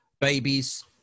babies